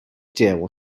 dzieł